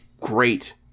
great